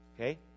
okay